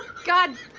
god!